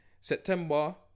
September